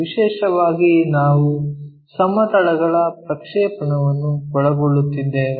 ವಿಶೇಷವಾಗಿ ನಾವು ಸಮತಲಗಳ ಪ್ರಕ್ಷೇಪಣವನ್ನು ಒಳಗೊಳ್ಳುತ್ತಿದ್ದೇವೆ